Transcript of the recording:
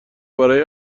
برای